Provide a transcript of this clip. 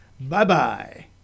Bye-bye